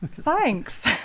Thanks